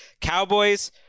Cowboys